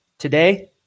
Today